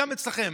גם אצלכם.